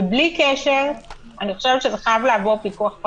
נכון שכתוב בחוק שזה יהיה רק חוות דעת